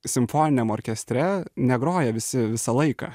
simfoniniam orkestre negroja visi visą laiką